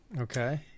Okay